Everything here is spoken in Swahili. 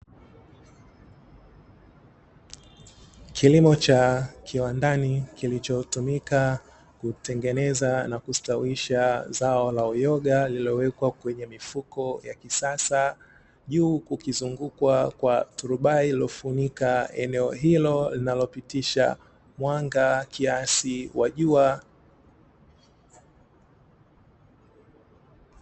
Kilimo cha kiwandani kilichotumika kutengeneza na kustawisha zao la uyoga, lililowekwa kwenye mifuko ya kisasa juu ukizungukwa kwa turubai lililofunika eneo hilo linalopitisha mwanga kiasi wa jua.